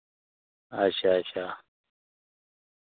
अच्छा अच्छा